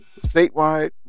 statewide